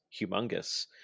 humongous